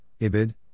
Ibid